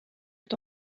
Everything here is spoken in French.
est